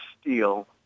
steal